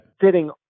sitting